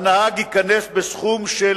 הנהג ייקנס בסכום של